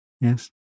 Yes